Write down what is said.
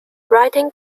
writing